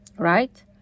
Right